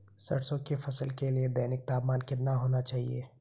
सरसों की फसल के लिए दैनिक तापमान कितना होना चाहिए?